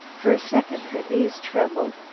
for a second her knees trembled,